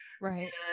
right